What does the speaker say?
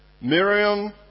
Miriam